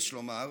יש לומר,